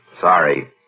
Sorry